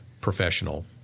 professional